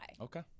Okay